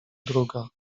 druga